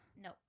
No